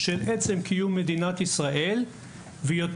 א׳ - דה לגיטימיזציה של עצם קיום מדינת ישראל,